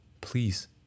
please